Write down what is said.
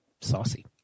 Saucy